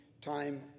time